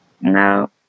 No